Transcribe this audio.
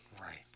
right